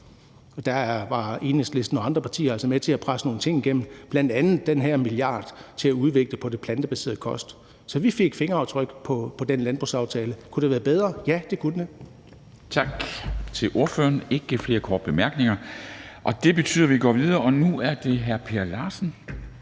der var Enhedslisten og andre partier altså med til at presse nogle ting igennem, bl.a. den her milliard til at udvikle på den plantebaserede kost. Så vi fik fingeraftryk på den landbrugsaftale. Kunne den have været bedre? Ja, det kunne den. Kl. 17:20 Formanden (Henrik Dam Kristensen): Tak til ordføreren. Der er ikke flere korte bemærkninger, og det betyder, at vi går videre, og det er så nu hr. Per Larsen,